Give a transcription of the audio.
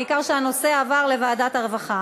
העיקר שהנושא עבר לוועדת הרווחה.